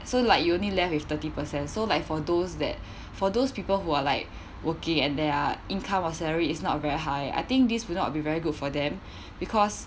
so like you only left with thirty percent so like for those that for those people who are like working and their income or salary is not very high I think this will not be very good for them because